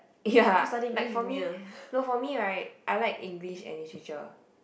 ya like for me no for me right I like English and Literature